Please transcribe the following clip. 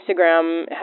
Instagram